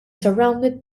surrounded